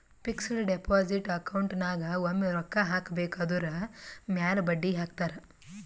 fixed deposit account ನಾಗ್ ಒಮ್ಮೆ ರೊಕ್ಕಾ ಹಾಕಬೇಕ್ ಅದುರ್ ಮ್ಯಾಲ ಬಡ್ಡಿ ಹಾಕ್ತಾರ್